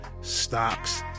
stocks